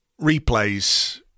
replays